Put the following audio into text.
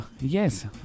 yes